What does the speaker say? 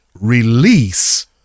release